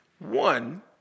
One